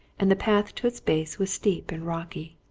and the path to its base was steep and rocky.